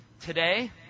Today